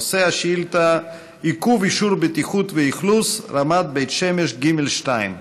נושא השאילתה: עיכוב אישור בטיחות ואכלוס: רמת בית שמש ג'2.